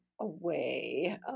away